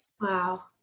Wow